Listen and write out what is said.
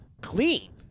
clean